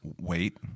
wait